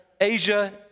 Asia